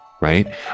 right